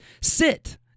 sit